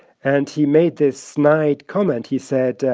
and he made this snide comment. he said,